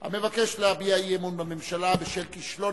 המבקש להביע אי-אמון בממשלה בשל כישלון